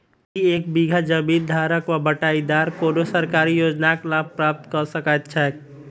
की एक बीघा जमीन धारक वा बटाईदार कोनों सरकारी योजनाक लाभ प्राप्त कऽ सकैत छैक?